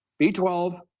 B12